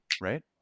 right